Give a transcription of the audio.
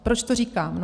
Proč to říkám?